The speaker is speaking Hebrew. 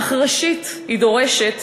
אך ראשית היא דורשת,